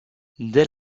dès